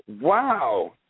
Wow